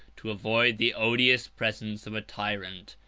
to avoid the odious presence of a tyrant,